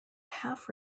half